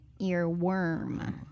earworm